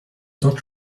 not